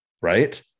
right